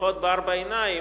משיחות בארבע עיניים,